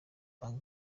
banki